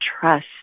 trust